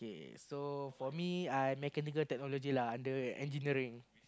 okay so for me I Mechanical-Technology lah under engineering